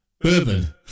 bourbon